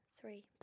Three